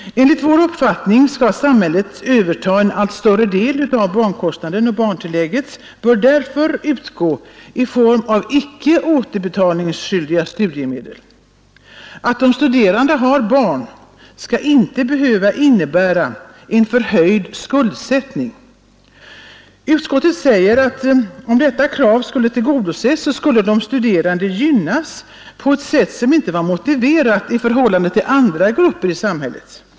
Enligt vår uppfattning skall samhället överta en allt större del av barnkostnaderna. Barntillägget bör därför utgå i form av icke återbetalningspliktiga studiemedel. Att de studerande har barn skall inte behöva innebära förhöjd skuldsättning. Utskottet säger att om detta krav skulle tillgodoses, skulle de studerande gynnas i förhållande till andra grupper i samhället på ett sätt som inte är motiverat.